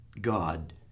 God